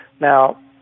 Now